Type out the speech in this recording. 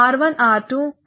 R1 R2 Rs